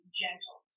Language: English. gentle